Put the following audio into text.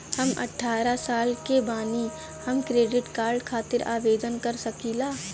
हम अठारह साल के बानी हम क्रेडिट कार्ड खातिर आवेदन कर सकीला?